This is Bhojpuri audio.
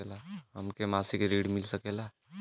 हमके मासिक ऋण मिल सकेला?